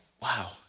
wow